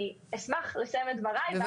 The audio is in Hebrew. אשמח לסיים את דבריי.